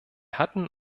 hatten